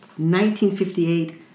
1958